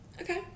Okay